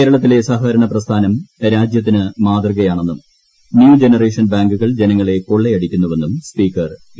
കേരളത്തിലെ സഹകരണ പ്രസ്ഥാനം രാജ്യത്തിനു മാതൃകയാണെന്നും ന്യു ജനറേഷൻ ബാങ്കുകൾ ജനങ്ങളെ കൊള്ളയടിക്കുന്നുവെന്നും സ്പീക്കർ പി